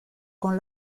con